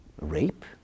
rape